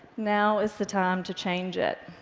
now is the time to change it.